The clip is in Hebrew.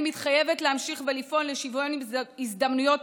אני מתחייבת להמשיך ולפעול לשוויון הזדמנויות